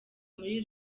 muri